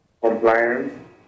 Compliance